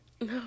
No